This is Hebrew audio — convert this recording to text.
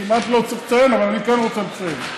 כמעט לא צריך לציין אבל אני כן רוצה לציין.